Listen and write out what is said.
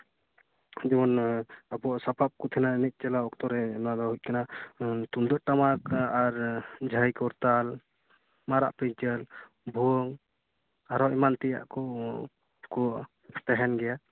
ᱟᱵᱚᱣᱟᱜ ᱥᱟᱯᱟᱵ ᱠᱚ ᱛᱟᱦᱮᱱᱟ ᱮᱱᱮᱡ ᱪᱟᱞᱟᱜ ᱚᱠᱛᱚ ᱨᱮ ᱚᱱᱟ ᱨᱮᱫᱚ ᱛᱟᱦᱮᱱᱟ ᱛᱩᱢᱫᱟᱜ ᱴᱟᱢᱟᱠ ᱟᱨ ᱡᱷᱟᱹᱭ ᱠᱚᱨᱛᱟᱞ ᱢᱟᱨᱟᱜ ᱯᱤᱧᱪᱟᱹᱨ ᱵᱷᱩᱣᱟᱹᱝ ᱟᱨᱚ ᱮᱢᱟᱱ ᱛᱮᱭᱟᱝ ᱠᱚ ᱛᱟᱦᱮᱱ ᱜᱮᱭᱟ